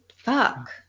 Fuck